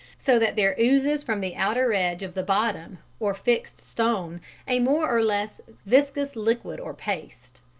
so that there oozes from the outer edge of the bottom or fixed stone a more or less viscous liquid or paste.